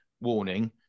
warning